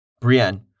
Brienne